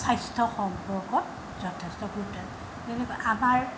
স্বাস্থ্য সম্পৰ্কত যথেষ্ট গুৰুত্ব যেনেকৈ আমাৰ